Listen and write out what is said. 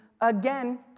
again